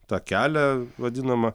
tą kelią vadinamą